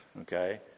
okay